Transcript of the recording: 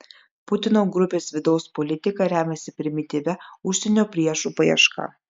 putino grupės vidaus politika remiasi primityvia užsienio priešų paieška